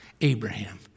Abraham